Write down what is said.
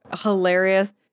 hilarious